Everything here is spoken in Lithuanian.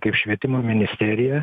kaip švietimo ministerija